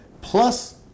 plus